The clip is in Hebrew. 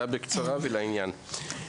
זה היה בקצרה ולעניין.